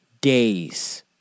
days